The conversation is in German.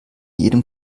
jedem